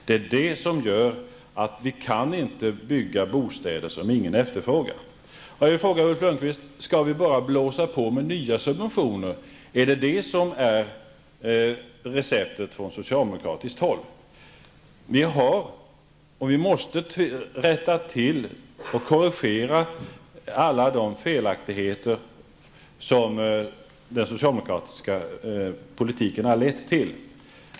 Det är det som gör att vi inte kan bygga bostäder som ingen efterfrågar. Jag vill fråga Ulf Lönnqvist: Skall vi bara blåsa på med nya subventioner? Är det receptet från socialdemokratiskt håll? Vi måste korrigera alla de felaktigheter som den socialdemokraktiska politiken har lett till.